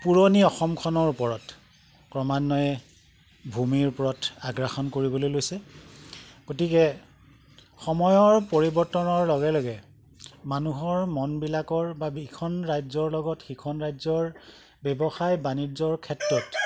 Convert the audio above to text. পুৰণি অসমখনৰ ওপৰত ক্ৰমান্বয়ে ভূমিৰ ওপৰত আগ্ৰাসন কৰিবলৈ লৈছে গতিকে সময়ৰ পৰিৱৰ্তনৰ লগে লগে মানুহৰ মনবিলাকৰ বা ইখন ৰাজ্যৰ লগত সিখন ৰাজ্যৰ ব্যৱসায় বাণিজ্যৰ ক্ষেত্ৰত